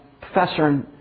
professor